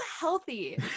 healthy